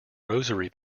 rosary